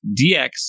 DX